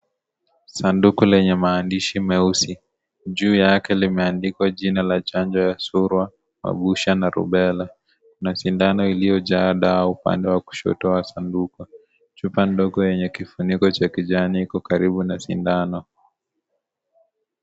Sanduku lenye maandishi meusi juu yake limeandikwa jina la chanjo ya Surua, Mabusha na Rubela na sindano iliyojaa dawa upande wa kushoto wa sanduku. Chupa ndogo yenye kifuniko cha kijani iko karibu na sindano.